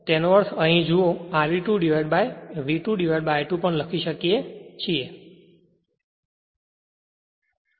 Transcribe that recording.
તેનો અર્થ અહીં જુઓ અહીં R e 2 divided by V2I2 પણ લખી શકીએ છીયે